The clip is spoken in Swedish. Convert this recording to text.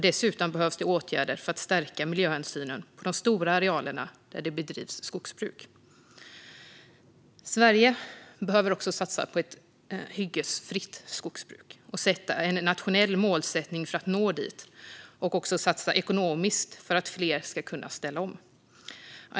Dessutom behövs det åtgärder för att stärka miljöhänsynen på de stora arealerna där det bedrivs skogsbruk. Sverige behöver satsa på ett hyggesfritt skogsbruk och sätta ett nationellt mål för att nå dit och också satsa ekonomiskt för att fler ska kunna ställa om.